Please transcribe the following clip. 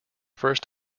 first